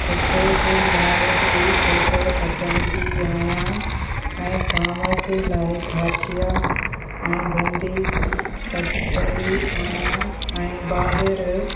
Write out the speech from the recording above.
कुते जे लाइ बि फुल्को पचाईंदी आहियां ऐं कांव जे लाइ गाठिया ऐं बुंदी कढ़ंदी आहियां ऐं ॿाहिरि